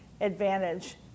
advantage